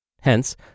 Hence